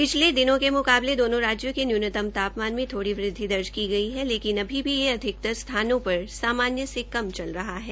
पिछले दिनों के म्काबले दोनों राज्यों के नय्नतम तापमान में थोड़ी वृद्वि दर्ज की गई लेकिन अभी भी यह अधिकतर स्थानों पर सामान्य से कम चल रहा है